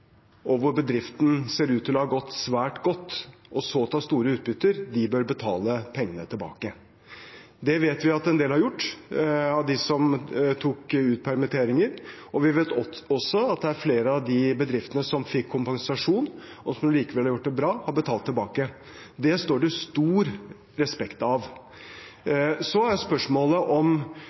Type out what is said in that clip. og hvor bedriften ser ut til å ha gått svært godt, og så tar store utbytter, bør betale pengene tilbake. Det vet vi at en del av dem som tok ut permitteringer, har gjort, og vi vet også at det er flere av de bedriftene som fikk kompensasjon, og som allikevel har gjort det bra, som har betalt tilbake. Det står det stor respekt av. Så er spørsmålet om